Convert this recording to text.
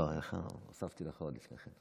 לא, אין לך, לא הוספתי לך עוד חצי דקה.